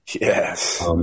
Yes